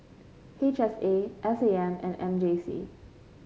H S A S A M and M J C